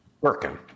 working